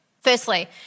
Firstly